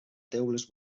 teules